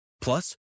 Plus